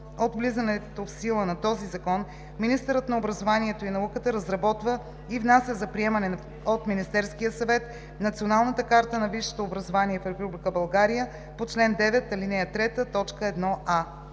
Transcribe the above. от влизането в сила на този закон министърът на образованието и науката разработва и внася за приемане от Министерския съвет Националната карта на висшето образование в Република